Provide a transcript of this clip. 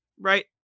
Right